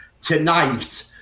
tonight